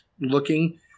looking